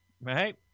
right